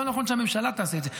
לא נכון שהממשלה תעשה את זה.